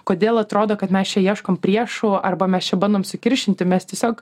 kodėl atrodo kad mes čia ieškom priešų arba mes čia bandom sukiršinti mes tiesiog